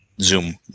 Zoom